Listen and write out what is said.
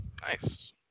Nice